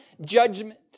judgment